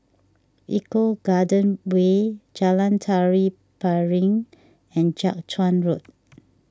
Eco Garden Way Jalan Tari Piring and Jiak Chuan Road